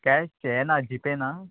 cash चे ना G Pay ना